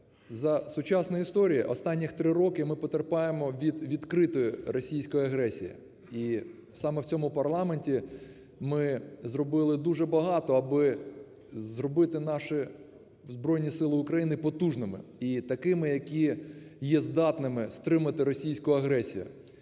за сучасної історії останніх три роки ми потерпаємо від відкритої російської агресії. І саме в цьому парламенті ми зробили дуже багато, аби зробити наші Збройні Сили України потужними і такими, які є здатними стримати російську агресію.